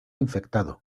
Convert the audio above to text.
infectado